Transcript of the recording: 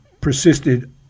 persisted